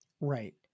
right